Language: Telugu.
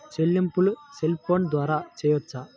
చెల్లింపులు సెల్ ఫోన్ ద్వారా చేయవచ్చా?